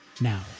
Now